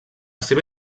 seva